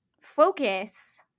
focus